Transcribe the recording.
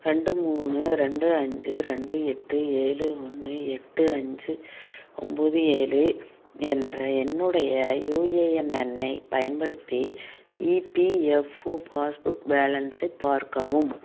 ரெண்டு மூணு ரெண்டு அஞ்சு ரெண்டு எட்டு ஏழு ஒன்று எட்டு அஞ்சு ஒம்பது ஏழு என்ற என்னுடைய யுஏஎன் எண்ணைப் பயன்படுத்தி இபிஎஃப்ஓ பாஸ்புக் பேலன்ஸை பார்க்கவும்